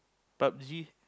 PUB-G